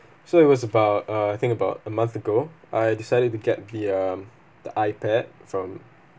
so it was about uh I think about a month ago I decided to get the um the iPad from